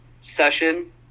session